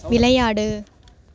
விளையாடு